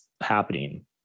happening